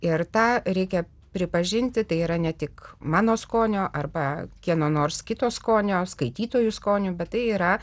ir tą reikia pripažinti tai yra ne tik mano skonio arba kieno nors kito skonio skaitytojų skonių bet tai yra